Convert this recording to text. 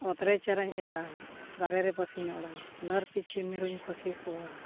ᱚᱛᱨᱮ ᱪᱟᱨᱟᱧ ᱮᱨᱟᱭ ᱫᱟᱨᱮ ᱨᱮ ᱯᱟᱹᱥᱤᱧ ᱚᱰᱟᱣ ᱰᱟᱹᱲ ᱯᱤᱪᱷᱩ ᱢᱤᱨᱩᱧ ᱯᱟᱹᱥᱤ ᱠᱚᱣᱟ